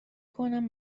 کنم